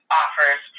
offers